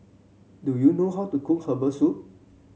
do you know how to cook Herbal Soup